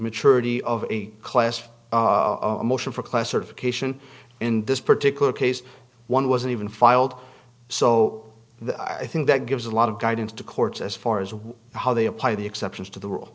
maturity of a class a motion for class certification in this particular case one wasn't even filed so i think that gives a lot of guidance to courts as far as how they apply the exceptions to the